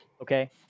okay